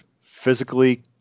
physically